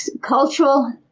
cultural